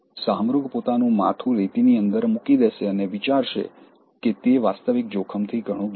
શાહમૃગ પોતાનું માથું રેતીની અંદર મૂકી દેશે અને વિચારશે કે તે વાસ્તવિક જોખમથી ઘણું દૂર છે